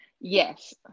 Yes